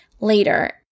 later